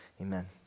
Amen